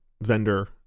vendor